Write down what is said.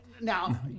Now